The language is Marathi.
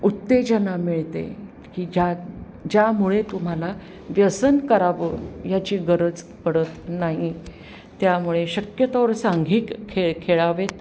उत्तेजना मिळते की ज्यात ज्यामुळे तुम्हाला व्यसन करावं याची गरज पडत नाही त्यामुळे शक्यतोवर सांघिक खेळ खेळावेत